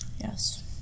Yes